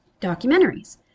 Documentaries